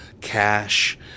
cash